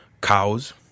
cows